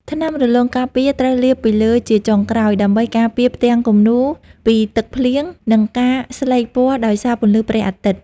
ថ្នាំរលោងការពារ ត្រូវលាបពីលើជាចុងក្រោយ ដើម្បីការពារផ្ទាំងគំនូរពីទឹកភ្លៀង និងការស្លេកពណ៌ដោយសារពន្លឺព្រះអាទិត្យ។